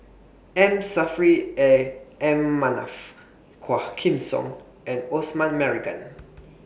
M Saffri A M Manaf Quah Kim Song and Osman Merican